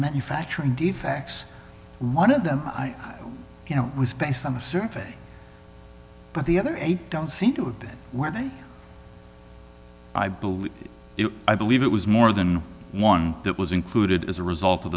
manufacturing defects one of them i know you know was based on a survey but the other eight don't seem to have that whether i believe it i believe it was more than one that was included as a result of